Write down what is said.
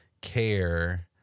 care